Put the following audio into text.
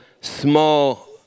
small